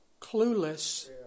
clueless